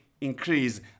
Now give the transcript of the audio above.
increase